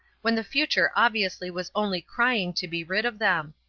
when the future obviously was only crying to be rid of them.